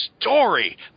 story